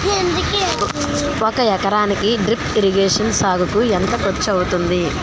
ఒక ఎకరానికి drip irrigation సాగుకు ఎంత ఖర్చు అవుతుంది?